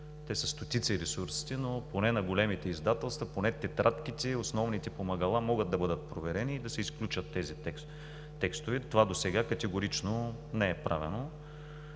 те са стотици ресурсите, но поне на големите издателства, поне тетрадките и основните помагала могат да бъдат проверени и да се изключат тези текстове. Това досега категорично не е правено.